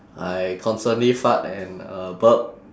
I constantly fart and uh burp